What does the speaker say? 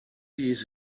years